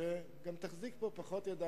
גם כדי שתחזיק פה פחות ידיים.